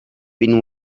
been